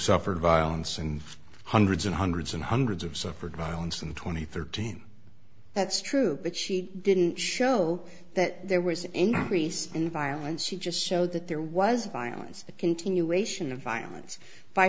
suffered violence and hundreds and hundreds and hundreds of suffered violence and twenty thirteen that's true but she didn't show that there was an increase in violence she just showed that there was violence the continuation of violence by